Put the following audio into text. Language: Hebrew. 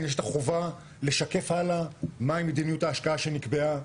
יש את החובה לשקף הלאה מהי מדיניות ההשקעה שנקבעה,